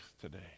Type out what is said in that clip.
today